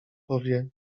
powie